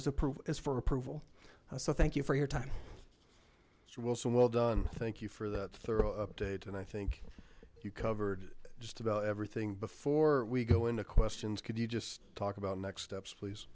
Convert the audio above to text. is for approval so thank you for your time as you will so well done thank you for the thorough update and i think you covered just about everything before we go into questions could you just talk about next steps please